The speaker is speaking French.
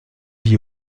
vit